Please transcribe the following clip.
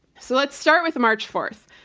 so let's start with march fourth.